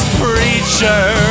preacher